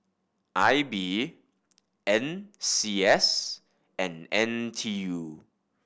I B N C S and N T U